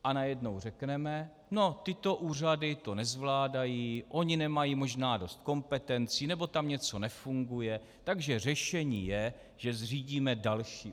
A najednou řekneme no, tyto úřady to nezvládají, ony možná nemají dost kompetencí nebo tam něco nefunguje, takže řešení je, že zřídíme další úřad.